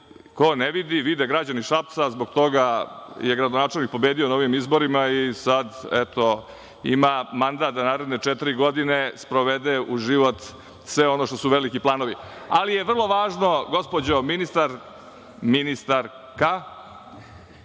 ko ne vidi, vide građani Šapca i zbog toga je gradonačelnik pobedio na izborima i sada ima mandat da za naredne četiri godine sprovede u život sve ono što su veliki planovi. Vrlo je važno, gospođo ministarka, da